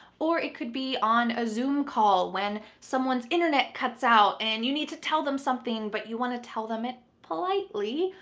or it could be on a zoom call when someone's internet cuts out and you need to tell them something, but you want to tell them it politely,